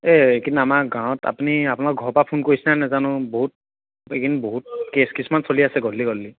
এই এইকেইদিন আমাৰ গাঁৱত আপুনি আপোনালাকৰ ঘৰৰ পৰা ফোন কৰিছিলে নে নেজানো বহুত এইকেইদিন বহুত কেছ কিছুমান চলি আছে গধূলি গধূলি